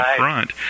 front